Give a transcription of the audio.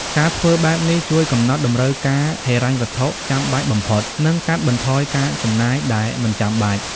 ការធ្វើបែបនេះជួយកំណត់តម្រូវការហិរញ្ញវត្ថុចាំបាច់បំផុត និងកាត់បន្ថយការចំណាយដែលមិនចាំបាច់។